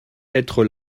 être